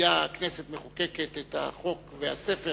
היתה הכנסת מחוקקת את החוק והספר